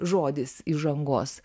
žodis įžangos